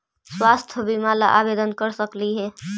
स्वास्थ्य बीमा ला आवेदन कर सकली हे?